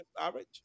average